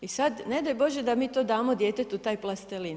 I sada ne daj Bože da mi to damo djetetu taj plastelin.